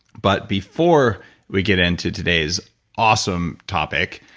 but before we get into today's awesome topic,